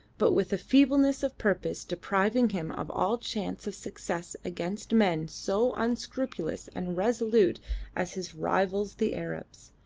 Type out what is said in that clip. but with a feebleness of purpose depriving him of all chance of success against men so unscrupulous and resolute as his rivals the arabs.